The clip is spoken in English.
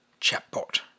chatbot